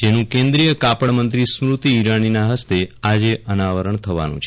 જેનું કેન્દ્રિય કાપડ મંત્રી સ્મૃતિ ઈરાનીના ફસ્તે અનાવરણ થવાનું છે